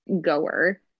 goer